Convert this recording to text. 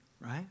right